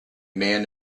man